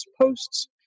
posts